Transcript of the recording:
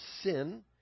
sin